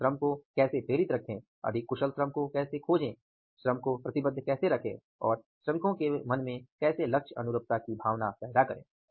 अपने श्रम को कैसे प्रेरित रखें अधिक कुशल श्रम को कैसे खोजें श्रम को प्रतिबद्ध कैसे रखें और श्रमिकों के मन में कैसे लक्ष्य अनुरूपता की भावना पैदा करें